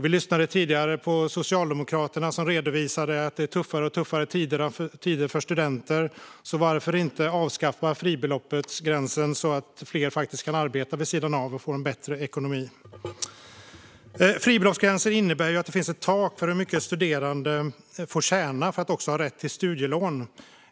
Vi lyssnade tidigare till Socialdemokraterna som redovisade att det är tuffare tider för studenter, så varför inte avskaffa fribeloppsgränsen så att fler kan arbeta vid sidan av och få bättre ekonomi? Fribeloppsgränsen innebär att det finns ett tak för hur mycket studerande får tjäna för att ha rätt till studielån.